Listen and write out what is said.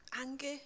Anger